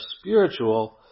spiritual